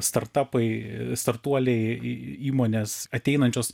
startupai startuoliai įmonės ateinančios